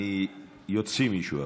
אני אוציא מישהו החוצה.